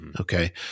Okay